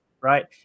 right